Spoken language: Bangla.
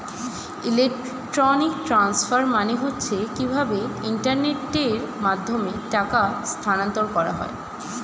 ইলেকট্রনিক ট্রান্সফার মানে হচ্ছে কিভাবে ইন্টারনেটের মাধ্যমে টাকা স্থানান্তর করা হয়